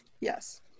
Yes